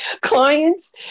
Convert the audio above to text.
clients